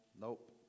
Nope